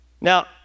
Now